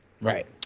Right